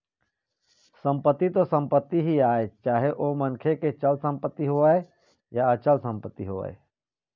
संपत्ति तो संपत्ति ही आय चाहे ओ मनखे के चल संपत्ति होवय या अचल संपत्ति होवय